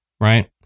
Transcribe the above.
right